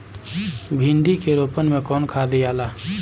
भिंदी के रोपन मे कौन खाद दियाला?